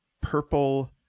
purple